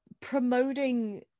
promoting